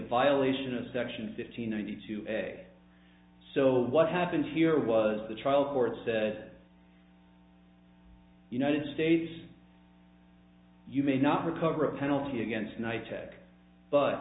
violation of section fifteen ninety two a so what happened here was the trial court said united states you may not recover a penalty against one tech but